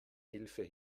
hilfe